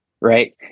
right